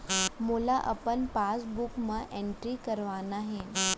मोला अपन पासबुक म एंट्री करवाना हे?